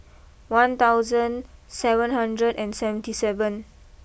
one thousand seven hundred and seventy seven